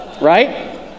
Right